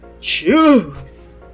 choose